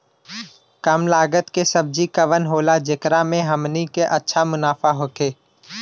कम लागत के सब्जी कवन होला जेकरा में हमनी के अच्छा मुनाफा होखे?